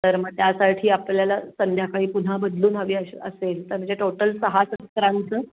तर मग त्यासाठी आपल्याला संध्याकाळी पुन्हा बदलून हवी असं असेल तर म्हणजे टोटल सहा सत्रांचं